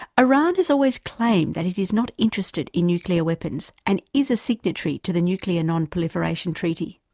iran has always claimed that it is not interested in nuclear weapons and is a signatory to the nuclear non-proliferation treaty.